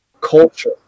culture